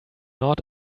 not